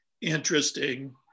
interesting